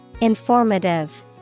Informative